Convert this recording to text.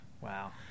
Wow